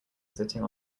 sitting